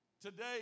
Today